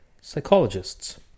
psychologists